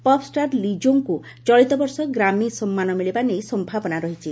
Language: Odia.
ପପ୍ ଷ୍ଟାର୍ ଲିଜୋଙ୍କୁ ଚଳିତ ବର୍ଷ ଗ୍ରାମ୍ମୀ ସମ୍ମାନ ମିଳିବା ନେଇ ସମ୍ଭାବନା ରହିଛି